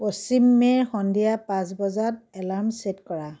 পশিম মে'ৰ সন্ধিয়া পাঁচ বজাত এলাৰ্ম চে'ট কৰা